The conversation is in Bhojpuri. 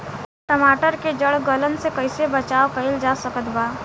टमाटर के जड़ गलन से कैसे बचाव कइल जा सकत बा?